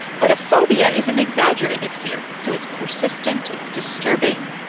but a phobia is an exaggerated fear. so it's persistent. it's disturbing.